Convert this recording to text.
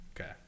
Okay